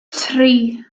tri